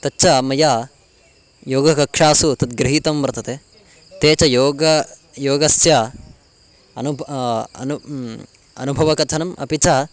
तच्च मया योगकक्षासु तद्गृहीतं वर्तते ते च योग योगस्य अनुब् अनुभवकथनम् अपि च